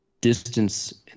distance